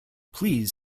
please